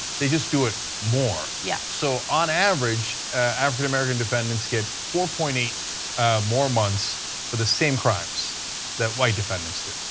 they just do it more, yeah so on average, african-american defendants get four point eight more months for the same crimes that white defendants do,